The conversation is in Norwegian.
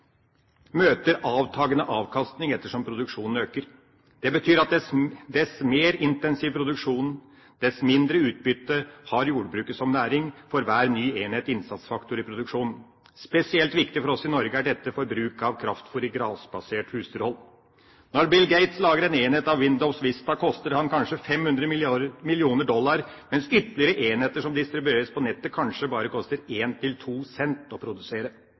møter avtagende avkastning etter som produksjonen øker. Det betyr at jo mer intensiv produksjon, dess mindre utbytte har jordbruket som næring for hver ny enhet innsatsfaktor i produksjonen. Spesielt viktig for oss i Norge er dette for bruk av kraftfôr i grasbasert husdyrhold. Når Bill Gates lager en enhet av Windows Vista, koster det ham kanskje 500 millioner dollar, mens ytterligere enheter som distribueres på nettet, kanskje bare koster 1 til 2 cent å produsere.